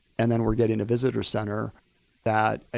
and then we're getting a visitors center that,